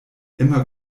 immer